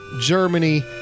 Germany